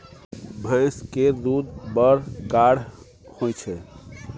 भैंस केर दूध बड़ गाढ़ होइ छै